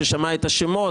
כששמע את השמות,